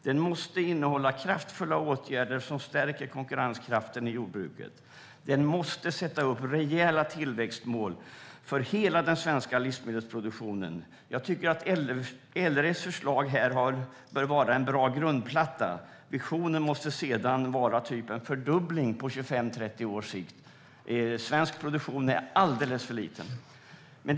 Den måste innehålla kraftfulla åtgärder som stärker konkurrenskraften i jordbruket. Där måste rejäla tillväxtmål för hela den svenska livsmedelsproduktionen sättas upp. Jag tycker att LRF:s förslag bör vara en bra grundplatta. Visionen måste sedan vara typ en fördubbling på 25-30 års sikt. Svensk produktion är alldeles för liten.